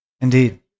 indeed